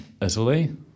Italy